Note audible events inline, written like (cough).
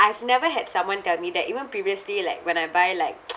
I've never had someone tell me that even previously like when I buy like (noise)